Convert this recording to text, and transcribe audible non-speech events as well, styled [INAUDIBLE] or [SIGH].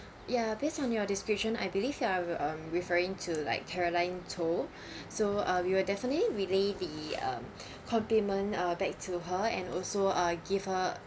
ya based on your description I believe you are um referring to like caroline toh [BREATH] so uh we will definitely relay the um [BREATH] compliment uh back to her and also uh give her